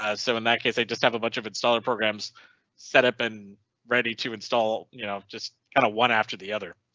ah so in that case, i just have a bunch of installer programs set up and ready to install, you know just kind of one after the other.